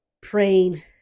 praying